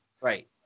Right